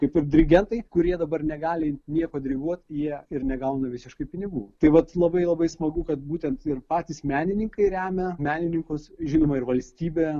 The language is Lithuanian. kaip ir dirigentai kurie dabar negali nieko diriguoti jie ir negauna visiškai pinigų tai vat labai labai smagu kad būtent ir patys menininkai remia menininkus žinoma ir valstybė